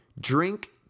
Drink